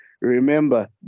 Remember